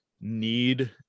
need